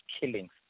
killings